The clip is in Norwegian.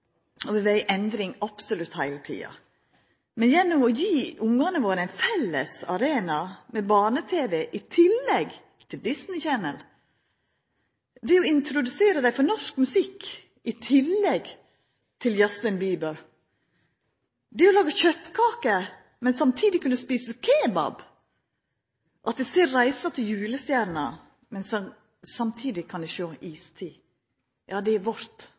at det er ei vinning. Kulturen er levande, og vil vera i endring absolutt heile tida. Men vi kan gje ungane våre ein felles arena – at dei ser barne-tv i tillegg til Disney Channel, det å introdusera dei for norsk musikk i tillegg til Justin Bieber, det å laga kjøtkaker, men samtidig kunna eta kebab, at dei ser Reisen til Julestjernen, men samtidig kan dei sjå Istid. Dette er vårt